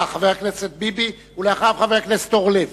חבר הכנסת ביבי, ואחריו, חבר הכנסת אורלב.